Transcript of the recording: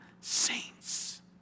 saints